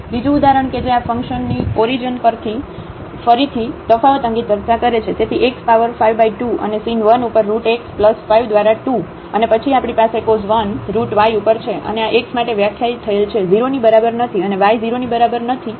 બીજું ઉદાહરણ કે જે આ ફંકશનની ઓરીજીન પર ફરીથી તફાવત અંગે ચર્ચા કરે છે તેથી x પાવર 5 બાય 2 અને sin 1 ઉપર રુટ x 5 દ્વારા 2 અને પછી આપણી પાસે cos 1 રુટ y ઉપર છે અને આxમાટે વ્યાખ્યાયિત થયેલ છે 0 ની બરાબર નથી અને y 0 ની બરાબર નથી અને આ 0 બીજે ક્યાંય છે